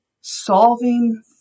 solving